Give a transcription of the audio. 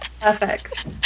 Perfect